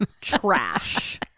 trash